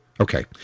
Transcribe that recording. Okay